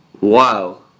Wow